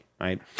Right